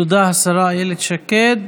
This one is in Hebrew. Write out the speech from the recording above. תודה, השרה אילת שקד.